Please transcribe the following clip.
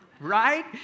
Right